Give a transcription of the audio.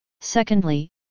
Secondly